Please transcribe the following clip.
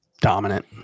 dominant